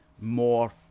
more